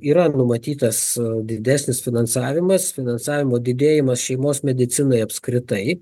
yra numatytas didesnis finansavimas finansavimo didėjimas šeimos medicinai apskritai